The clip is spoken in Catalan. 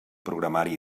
programari